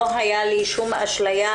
לא הייתה לי שום אשליה,